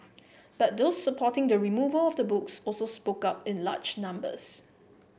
but those supporting the removal of the books also spoke up in large numbers